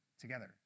together